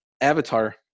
Avatar